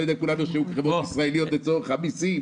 אני לא יודע אם כולם נרשמו בחברות ישראליות לצורך המיסים.